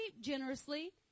generously